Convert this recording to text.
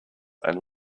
and